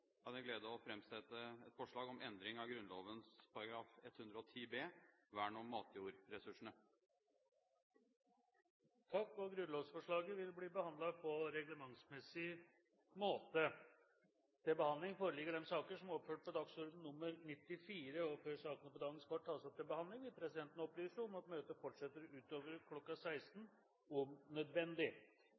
har jeg gleden av å framsette et forslag om endring av Grunnloven § 110 b om vern om matjordressursene. Grunnlovsforslaget vil bli behandlet på reglementsmessig måte. Før sakene på dagens kart tas opp til behandling, vil presidenten opplyse om at møtet fortsetter utover kl. 16, om nødvendig.